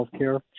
healthcare